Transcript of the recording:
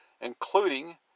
including